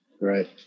Right